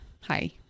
hi